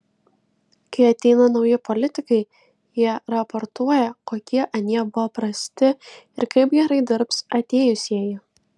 kai ateina nauji politikai jie raportuoja kokie anie buvo prasti ir kaip gerai dirbs atėjusieji